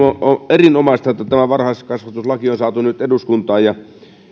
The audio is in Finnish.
erinomaista että tämä varhaiskasvatuslaki on saatu nyt eduskuntaan